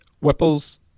Whipple's